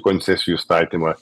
koncesijų įstatymą